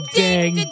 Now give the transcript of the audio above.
ding